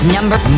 Number